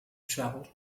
travelled